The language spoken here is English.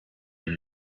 and